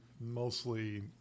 mostly